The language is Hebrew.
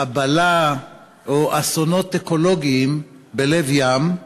חבלה או אסונות אקולוגיים בלב ים,